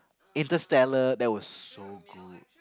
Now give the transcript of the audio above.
Interstellar that was so good